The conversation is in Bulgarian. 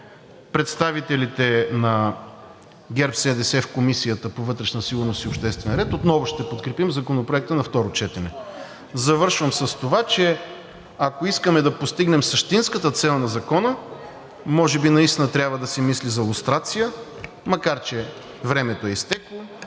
представителите на ГЕРБ-СДС в Комисията по вътрешна сигурност и обществен ред отново ще подкрепим Законопроекта на второ четене. Завършвам с това, че ако искаме да постигнем същинската цел на Закона, може би наистина трябва да се мисли за лустрация, макар че времето е изтекло,